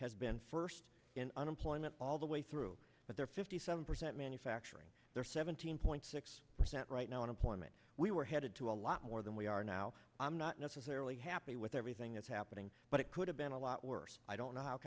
has been first in unemployment all the way through but they're fifty seven percent manufacturing there seventeen point six percent right now unemployment we're we're headed to a lot more than we are now i'm not necessarily happy with everything that's happening but it could have been a lot worse i don't know how